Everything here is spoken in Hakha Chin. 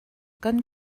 kan